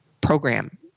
program